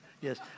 yes